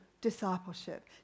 discipleship